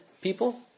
people